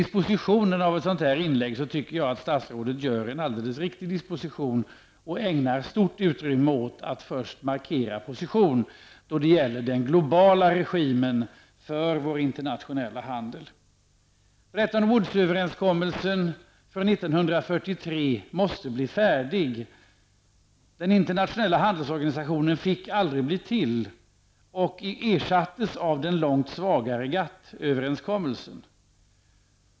Statsrådet gör en alldeles riktig disposition av sitt inlägg, och hon ägnar stort utrymme åt att först markera position då det gäller den globala regimen för vår internationella handel. måste bli färdig. Den internationella handelsorganisationen fick aldrig bli till och ersattes av den långt svagare GATT överenskommelsen.